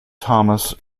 thomas